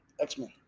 X-Men